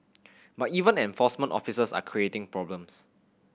but even enforcement officers are creating problems